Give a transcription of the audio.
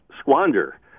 squander